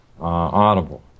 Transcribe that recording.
Audible